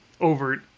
overt